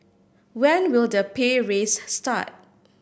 when will the pay raise start